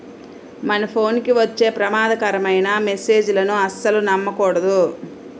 మన ఫోన్ కి వచ్చే ప్రమాదకరమైన మెస్సేజులను అస్సలు నమ్మకూడదు